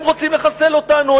הם רוצים לחסל אותנו,